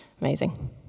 Amazing